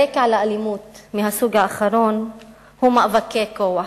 הרקע לאלימות מהסוג האחרון הוא מאבקי כוח,